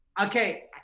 Okay